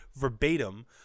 verbatim